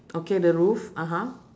okay the roof (uh huh)